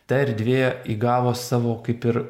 ta erdvė įgavo savo kaip ir